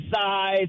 size